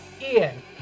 Ian